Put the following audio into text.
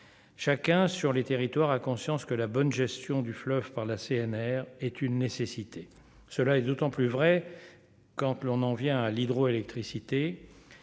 chacun sur les territoires, a conscience que la bonne gestion du fleuve par la CNR est une nécessité, cela est d'autant plus vrai quand on en vient à l'hydroélectricité,